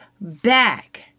back